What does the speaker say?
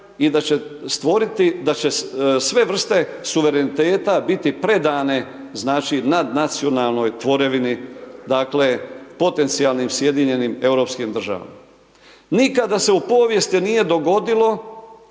i da će stvoriti, da će sve vrste suvereniteta biti predane nadnacionalnoj tvorevini, dakle, potencijalnim sjedinjenim europskim državama. Nikada se u povijesti nije dogodilo